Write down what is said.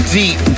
deep